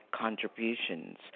contributions